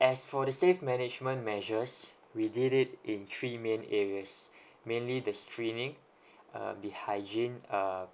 as for the safe management measures we did it in three main areas mainly the screening um the hygiene uh